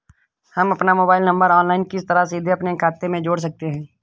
हम अपना mobile number online किस तरह सीधे अपने खाते में जोड़ सकते हैं?